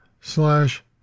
slash